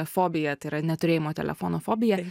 fobija tai yra neturėjimo telefono fobija